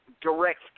direct